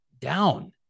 down